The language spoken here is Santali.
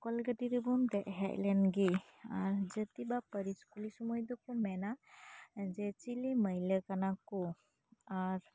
ᱠᱚᱞ ᱜᱟᱹᱰᱤ ᱨᱮᱵᱚᱱ ᱫᱮᱡ ᱦᱮᱡ ᱞᱮᱱ ᱜᱮ ᱟᱨ ᱡᱟᱹᱛᱤ ᱵᱟ ᱯᱟᱹᱨᱤᱥ ᱠᱩᱞᱤ ᱥᱩᱢᱟᱹᱭ ᱫᱚᱠᱚ ᱢᱮᱱᱟ ᱪᱤᱞᱤ ᱢᱟᱹᱭᱞᱟᱹ ᱠᱟᱱᱟ ᱠᱚ ᱟᱨ